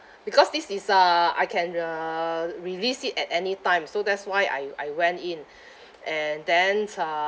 because this is uh I can uh release it at any time so that's why I I went in and then uh